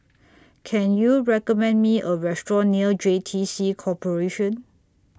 Can YOU recommend Me A Restaurant near J T C Corporation